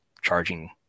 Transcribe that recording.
charging